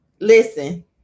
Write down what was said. Listen